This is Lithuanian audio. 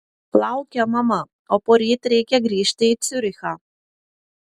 laukia mama o poryt reikia grįžti į ciurichą